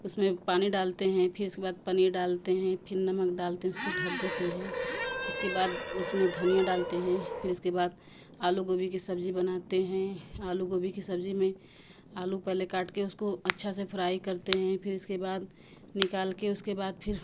उसमें पानी डालते हैं फिर इसके बाद पनीर डालते हैं फिर नमक डालते हैं उसको ढक देते हैं इसके बाद उसमें धनिया डालते हैं फिर इसके बाद आलू गोभी की सब्ज़ी बनाते हैं आलू गोभी की सब्ज़ी में आलू पहले काट के उसको अच्छा से फ़्राई करते हैं फिर इसके बाद निकाल के उसके बाद फिर